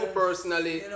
personally